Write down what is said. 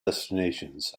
destinations